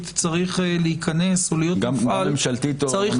צריך להיות מופעל --- ממשלתית או ממלכתית.